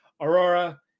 Aurora